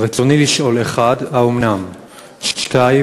רצוני לשאול: 1. האומנם?